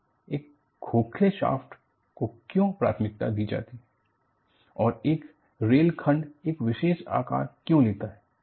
एक खोखले hollow shaft को क्यों प्राथमिकता दी जाती है और एक रेलखंड एक विशेष आकार क्यों लेता है